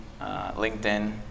LinkedIn